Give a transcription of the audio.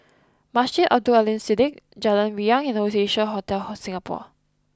Masjid Abdul Aleem Siddique Jalan Riang and Oasia Hotel home Singapore